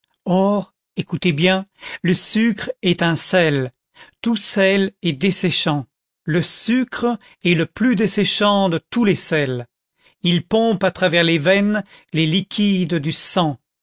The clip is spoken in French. or écoutez bien le sucre est un sel tout sel est desséchant le sucre est le plus desséchant de tous les sels il pompe à travers les veines les liquides du sang